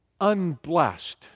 unblessed